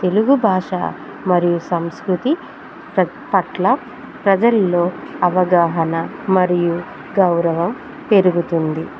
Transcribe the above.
తెలుగు భాష మరియు సంస్కృతి పట్ల ప్రజల్లో అవగాహన మరియు గౌరవం పెరుగుతుంది